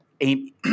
Amy